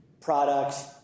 products